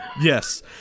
Yes